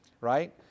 Right